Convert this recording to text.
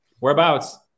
Whereabouts